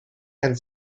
and